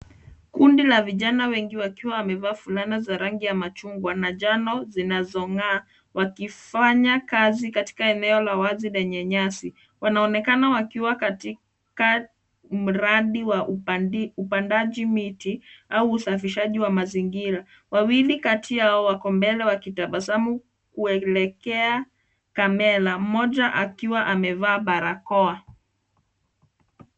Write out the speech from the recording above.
Kundi la vijana wengi wakiwa wamevaa fulana za rangi ya machungwa na njano zinazong'aa wakifanya kazi katika eneo la wazi lenye nyasi. Wanaonekana wakiwa katika mradi wa upandaji miti au usafishaji wa mazingira. Wawili kati yao wako mbele wakitabasamu kuelekea kamera. Mmoja akiwa amevaa barakoa.